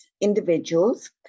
individuals